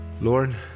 Lord